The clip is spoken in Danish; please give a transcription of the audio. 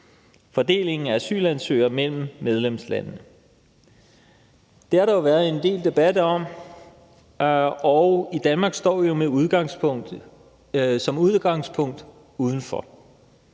fordelingen af asylansøgere mellem medlemslandene. Det har der jo været en del debat om, og i Danmark står vi som udgangspunkt udenfor.